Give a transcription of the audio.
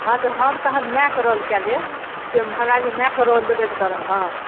हँ तऽ हम तहन माएक रोल कए लेब से महराज माएके रोल देबे तऽ करब हँ